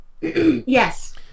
Yes